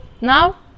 now